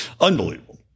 unbelievable